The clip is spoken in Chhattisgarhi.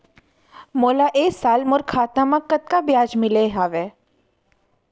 मोला ए साल मोर खाता म कतका ब्याज मिले हवये?